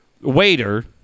waiter